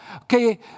okay